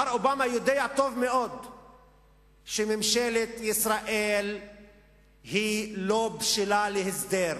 מר אובמה יודע טוב מאוד שממשלת ישראל לא בשלה להסדר.